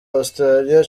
australia